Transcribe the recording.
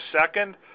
second